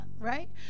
right